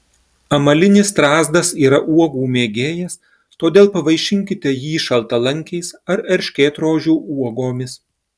amalinis strazdas yra uogų mėgėjas todėl pavaišinkite jį šaltalankiais ar erškėtrožių uogomis